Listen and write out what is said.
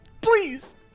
Please